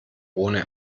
ohne